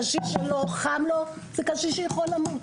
קשיש שלא חם לו זה קשיש שיכול למות.